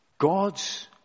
God's